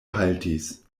haltis